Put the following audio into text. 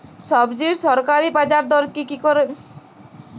সবজির সরকারি বাজার দর কি করে জানা যাবে?